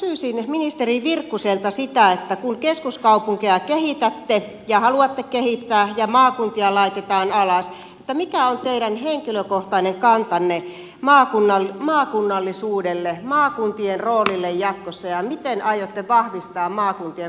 kysyisin ministeri virkkuselta sitä kun keskuskaupunkeja kehitätte ja haluatte kehittää ja maakuntia laitetaan alas mikä on teidän henkilökohtainen kantanne maakunnallisuudelle maakuntien roolille jatkossa ja miten aiotte vahvistaa maakuntien päätöksentekoa